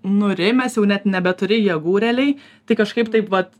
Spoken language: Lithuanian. nurimęs jau net nebeturi jėgų realiai tai kažkaip taip vat